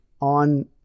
on